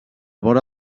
vora